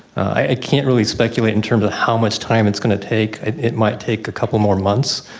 i can't really speculate in terms of how much time it's gonna take, it might take a couple more months,